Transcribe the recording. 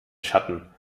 schatten